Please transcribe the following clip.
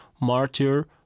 Martyr